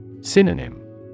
Synonym